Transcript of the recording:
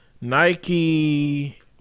Nike